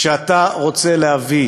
כשאתה רוצה להביא